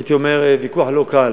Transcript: הייתי אומר, ויכוח לא קל